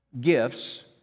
gifts